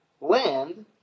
land